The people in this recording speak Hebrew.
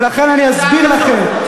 ולכן אני אסביר לכם,